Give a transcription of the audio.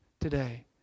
today